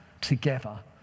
together